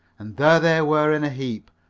and there they were in a heap,